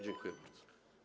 Dziękuję bardzo.